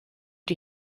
die